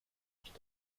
nicht